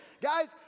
Guys